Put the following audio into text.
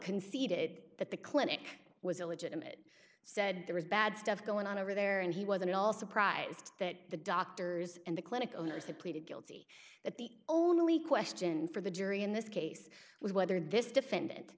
conceded that the clinic was illegitimate said there was bad stuff going on over there and he wasn't all surprised that the doctors and the clinic owners had pleaded guilty that the only question for the jury in this case was whether this defendant